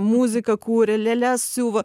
muziką kuria lėles siuva